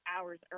hours